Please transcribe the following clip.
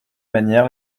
manière